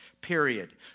period